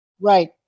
Right